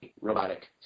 robotic